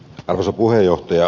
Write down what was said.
arvoisa puheenjohtaja